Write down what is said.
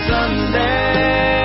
Sunday